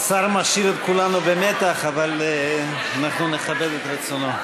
השר משאיר את כולנו במתח, אבל נכבד את רצונו.